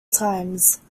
times